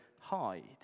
hide